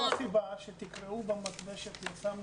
זו הסיבה שתקראו במתווה שפרסמנו